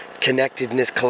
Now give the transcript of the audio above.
connectedness